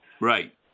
Right